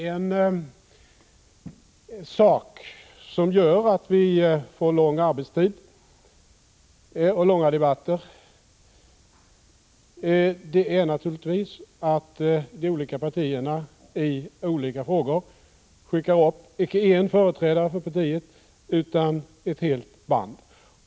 En sak som gör att vi i riksdagen får lång arbetstid och långa debatter är naturligtvis att de olika partierna i olika frågor skickar upp icke en företrädare för partiet utan ett helt band.